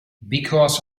because